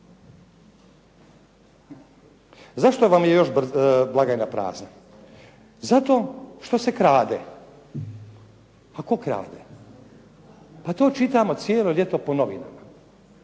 Zašto vam je još blagajna prazna? Zato što se krade, tko krade. To čitamo cijelo ljeto po novinama,